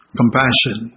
compassion